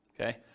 okay